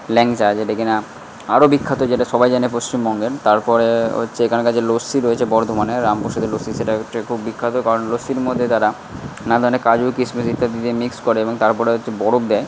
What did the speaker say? ল্যাংচা যেটা কিনা আরও বিখ্যাত যেটা সবাই জানে পশ্চিমবঙ্গের তারপরে হচ্ছে এখানকার যে লস্যি রয়েছে বর্ধমানের রামপ্রসাদের লস্যি সেটা হচ্ছে খুব বিখ্যাত কারণ লস্যির মধ্যে তারা নানা ধরনের কাজু কিশমিশ ইত্যাদি যে মিক্স করে এবং তারপরে হচ্ছে বরফ দেয়